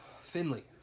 Finley